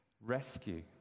rescue